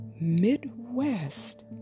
Midwest